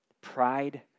Pride